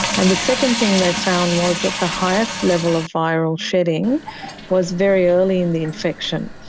and the second thing they found was that the highest level of viral shedding was very early in the infection.